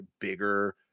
bigger